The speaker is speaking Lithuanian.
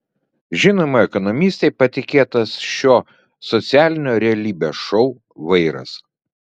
žinomai ekonomistei patikėtas šio socialinio realybės šou vairas